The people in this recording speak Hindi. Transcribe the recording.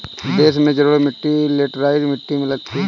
देश में जलोढ़ मिट्टी लेटराइट मिट्टी मिलती है